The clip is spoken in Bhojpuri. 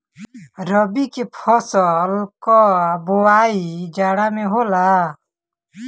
रबी के फसल कअ बोआई जाड़ा में होला